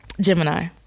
Gemini